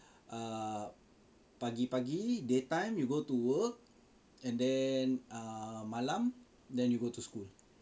err pagi pagi daytime you go to work and then err malam then you go to school